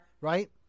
Right